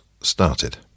started